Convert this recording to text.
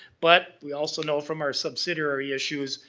but, we also know from our subsidiary issues,